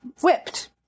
whipped